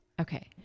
Okay